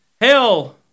Hell